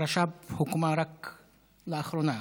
הרש"פ הוקמה רק לאחרונה,